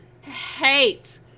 hate